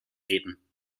reden